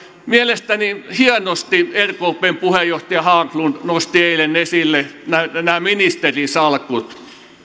mielestäni hienosti rkpn puheenjohtaja haglund nosti eilen esille nämä ministerinsalkut